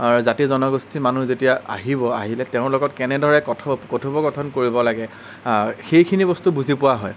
জাতি জনগোষ্ঠীৰ মানুহ যেতিয়া আহিব আহিলে তেওঁৰ লগত কেনেদৰে কথোপ কথোপকথন কৰিব লাগে সেইখিনি বস্তু বুজি পোৱা হয়